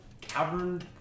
Cavern